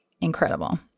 incredible